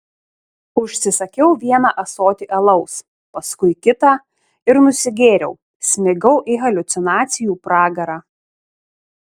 užsisakiau vieną ąsotį alaus paskui kitą ir nusigėriau smigau į haliucinacijų pragarą